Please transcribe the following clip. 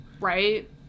Right